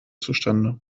zustande